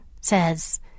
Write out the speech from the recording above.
says